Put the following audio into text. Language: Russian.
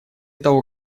того